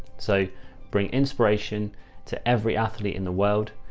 so bring inspiration to every athlete in the world.